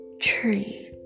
tree